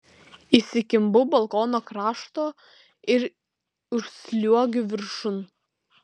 įsikimbu balkono krašto ir užsliuogiu viršun